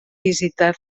visitar